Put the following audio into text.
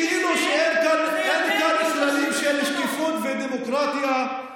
וכאילו שאין כאן כללים של שקיפות ודמוקרטיה.